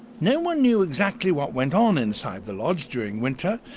no one knew exactly what went on inside the lodge during winter,